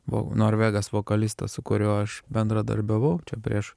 bu norvegas vokalistas su kuriuo aš bendradarbiavau prieš